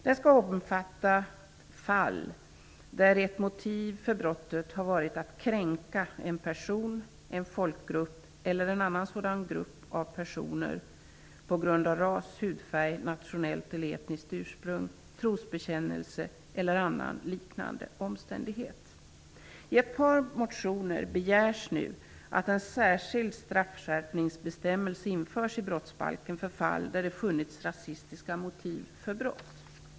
Den skall omfatta fall där ett motiv för brottet har varit att kränka en person, en folkgrupp eller en annan sådan grupp av personer på grund av ras, hudfärg, nationellt eller etniskt ursprung, trosbekännelse eller annan liknande omständighet. I ett par motioner begärs nu att en särskild straffskärpningsbestämmelse införs i brottsbalken för fall där det funnits rasistiska motiv för brott.